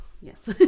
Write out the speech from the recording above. Yes